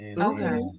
okay